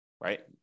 right